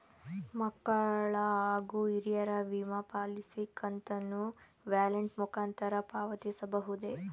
ಮಕ್ಕಳ ಹಾಗೂ ಹಿರಿಯರ ವಿಮಾ ಪಾಲಿಸಿ ಕಂತನ್ನು ವ್ಯಾಲೆಟ್ ಮುಖಾಂತರ ಪಾವತಿಸಬಹುದೇ?